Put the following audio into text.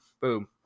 boom